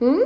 hmm